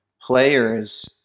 players